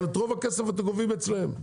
אבל את רוב הכסף אתם גובים אצלם.